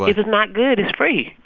what? if it's not good, it's free.